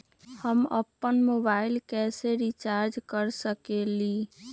हम अपन मोबाइल कैसे रिचार्ज कर सकेली?